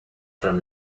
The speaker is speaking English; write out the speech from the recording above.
from